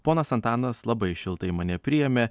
ponas antanas labai šiltai mane priėmė